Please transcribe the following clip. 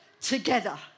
together